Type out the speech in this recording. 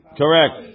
correct